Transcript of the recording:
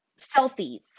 selfies